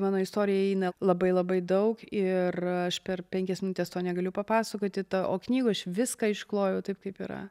mano istoriją įeina labai labai daug ir aš per penkias minutes to negaliu papasakoti to o knygoj aš viską išklojau taip kaip yra